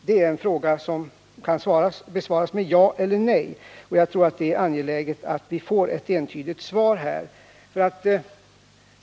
Det är en fråga som kan besvaras med ja eller nej, och jag tror att det är angeläget att vi här får ett entydigt svar.